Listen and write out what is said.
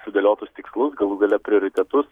sudėliotus tikslus galų gale prioritetus